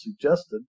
suggested